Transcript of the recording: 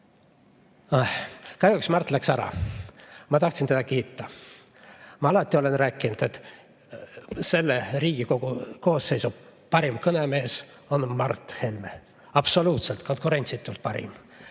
Mart läks ära. Ma tahtsin teda kiita. Ma olen alati rääkinud, et selle Riigikogu koosseisu parim kõnemees on Mart Helme. Absoluutselt, konkurentsitult parim.